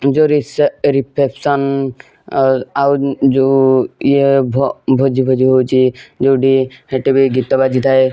ଯେଉଁ ରିସେସ୍ପନ୍ ଆଉ ଆଉ ଯେଉଁ ଇଏ ଭୋଜି ଫୋଜି ହେଉଛି ଯେଉଁଠି ହେଇଠି ବି ଗୀତ ବାଜିଥାଏ